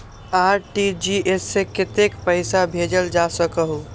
RTGS से कतेक पैसा भेजल जा सकहु???